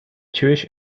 jewish